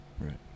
right